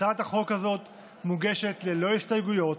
הצעת החוק הזאת מוגשת ללא הסתייגויות,